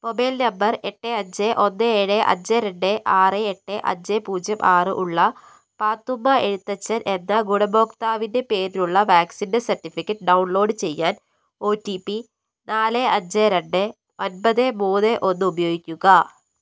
mobile number എട്ട് അഞ്ച് ഒന്ന് ഏഴ് അഞ്ച് രണ്ട് ആറ് എട്ട് അഞ്ച് പൂജ്യം ആറ് ഉള്ള പാത്തുമ്മ എഴുത്തച്ഛൻ എന്ന ഗുണഭോക്താവിൻ്റെ പേരിലുള്ള വാക്സിൻ്റെ സർട്ടിഫിക്കറ്റ് ഡൗൺലോഡ് ചെയ്യാൻ ഒ ടി പി നാല് അഞ്ച് രണ്ട് ഒൻപത് മൂന്ന് ഒന്ന് ഉപയോഗിക്കുക